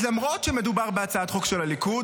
אז למרות שמדובר בהצעת חוק של הליכוד,